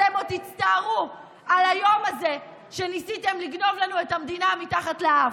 אתם עוד תצטערו על היום הזה שניסיתם לגנוב לנו את המדינה מתחת לאף.